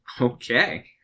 Okay